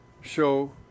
show